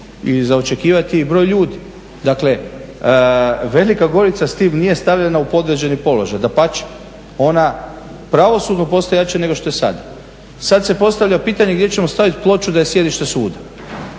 i za očekivati i broj ljudi. Dakle, Velika Gorica s tim nije stavljena u podređeni položaj, dapače ona pravosudno postaje jača nego što je sada. Sad se postavlja pitanje gdje ćemo staviti ploču da je sjedište suda.